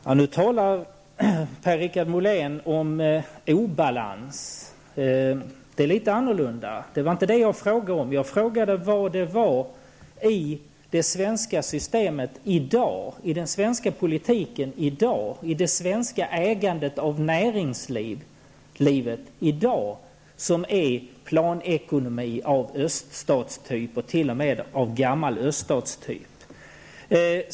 Herr talman! Nu talar Per-Richard Molén om obalans. Det är litet annorlunda. Det var inte detta som jag frågade om. Jag frågade vad det var i det svenska systemet, i den svenska politiken och i det svenska ägandet av näringslivet i dag som är planekonomi av öststatstyp och t.o.m. av gammal öststatstyp.